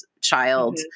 child